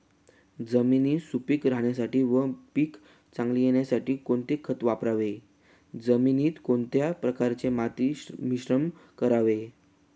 जमीन सुपिक राहण्यासाठी व पीक चांगले येण्यासाठी कोणते खत वापरावे? जमिनीत कोणत्या प्रकारचे माती मिश्रण करावे?